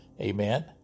Amen